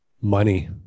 Money